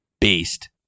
beast